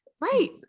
Right